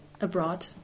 abroad